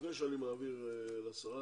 לפני שאני מעביר את רשות הדיבור לשרה,